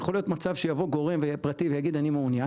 יכול להיות מצב שיבוא גורם פרטי ויגיד שהוא מעוניין,